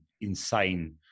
insane